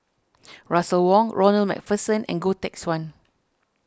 Russel Wong Ronald MacPherson and Goh Teck Swan